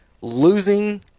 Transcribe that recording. losing